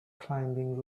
climbing